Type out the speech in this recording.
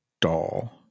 doll